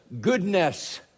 goodness